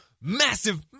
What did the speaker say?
massive